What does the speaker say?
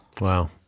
Wow